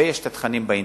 ויש התכנים באינטרנט.